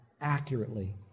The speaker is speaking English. accurately